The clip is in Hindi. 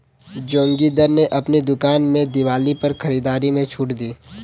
जोगिंदर ने अपनी दुकान में दिवाली पर खरीदारी में छूट दी